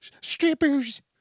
Strippers